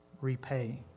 repay